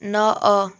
ନଅ